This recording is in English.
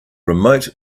remote